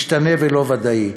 משתנה ולא ודאי.